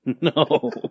No